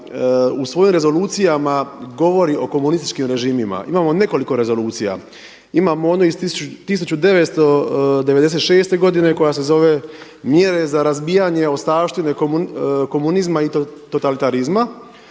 u svojim rezolucijama govori o komunističkim režimima, imamo nekoliko rezolucija. Imamo onu iz 1996. godine koja se zove Mjere za razbijanje ostavštine komunizma i totalitarizma,